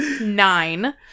Nine